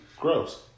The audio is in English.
Gross